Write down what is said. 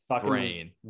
brain